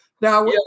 Now